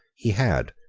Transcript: he had,